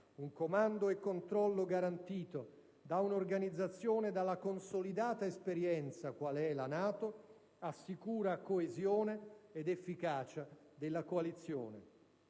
Un comando e controllo garantito da un'organizzazione dalla consolidata esperienza, qual è la NATO, assicura coesione ed efficacia della coalizione.